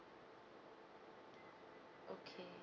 okay